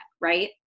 right